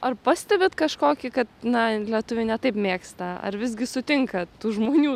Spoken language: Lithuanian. ar pastebit kažkokį kad na lietuviai ne taip mėgsta ar visgi sutinkat tų žmonių